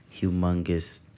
humongous